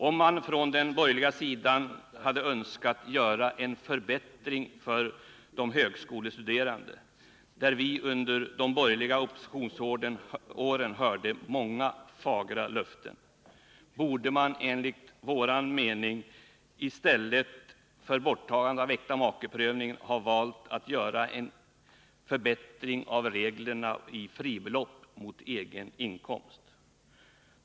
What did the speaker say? Om man från den borgerliga sidan hade önskat göra en förbättring för de högskolestuderande, där vi under de borgerliga oppositionsåren hörde många fagra löften, borde man enligt vår mening i stället för borttagandet av äktamakeprövningen ha valt att göra en förbättring av reglerna när det gäller fribelopp mot egen inkomst.